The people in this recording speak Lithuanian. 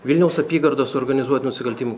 vilniaus apygardos organizuotų nusikaltimų